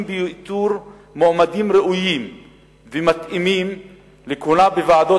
באיתור מועמדים ראויים ומתאימים לכהונה בוועדות